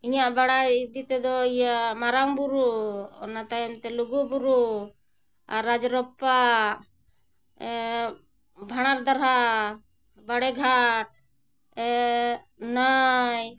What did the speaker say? ᱤᱧᱟᱹᱜ ᱵᱟᱲᱟᱭ ᱤᱫᱤ ᱛᱮᱫᱚ ᱤᱭᱟᱹ ᱢᱟᱨᱟᱝ ᱵᱩᱨᱩ ᱚᱱᱟ ᱛᱟᱭᱚᱢ ᱛᱮ ᱞᱩᱜᱩ ᱵᱩᱨᱩᱟᱨ ᱨᱟᱡᱽ ᱨᱟᱯᱟᱡ ᱵᱷᱟᱬᱟ ᱫᱟᱨᱦᱟ ᱵᱟᱲᱮ ᱜᱷᱟᱴ ᱱᱟᱹᱭ